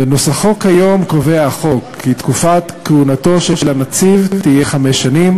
בנוסחו כיום קובע החוק כי תקופת כהונתו של הנציב תהיה חמש שנים